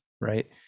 right